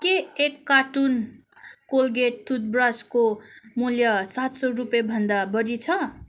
के एक carton Colgate तुथब्रसको मूल्य सात सौ रुपियाँभन्दा बढी छ